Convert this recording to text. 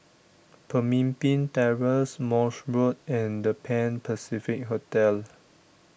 Pemimpin Terrace Morse Road and the Pan Pacific Hotel